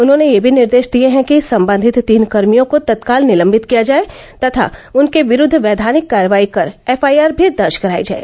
उन्होंने यह भी निर्देश दिए है कि सम्बन्धित तीन कर्मियों को तत्काल निलम्बित किया जाए तथा उनके विरूद्व वैधानिक कार्यवाही कर एफआईआर भी दर्ज करायी जाए